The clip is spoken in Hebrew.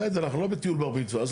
בסדר, אנחנו לא בטיול בר מצווה.